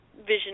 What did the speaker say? vision